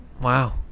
Wow